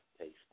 taste